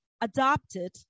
adopted